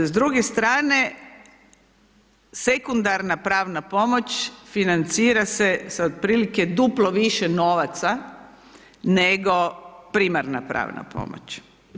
S druge strane sekundarna pravna pomoć financira se sa otprilike duplo više novaca nego primarna pravna pomoć.